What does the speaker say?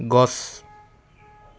গছ